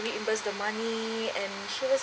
reimburse the money and he was